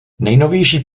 nejnovější